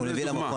הוא מביא למכון.